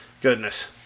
Goodness